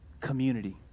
community